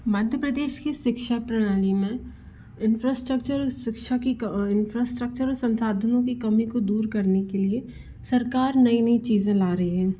मध्य प्रदेस की शिक्षा प्रणाली में इन्फ्रास्ट्रक्चर शिक्षा की इन्फ्रास्ट्रक्चर संसाधनों की कमी को दूर करने के लिए सरकार नइ नइ चीज़ें ला रही है